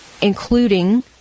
including